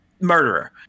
murderer